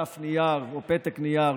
בדף נייר או בפתק נייר,